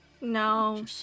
No